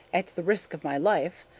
at the risk of my life,